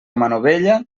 manovella